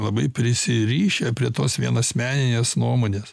labai prisirišę prie tos vien asmeninės nuomonės